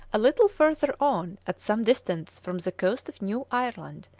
a little further on, at some distance from the coast of new ireland,